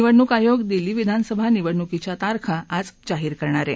निव्रडणूक आयोग दिल्ली विधानसभा निवडणुकीच्या तारखा आज जाहीर करणार आहे